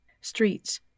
streets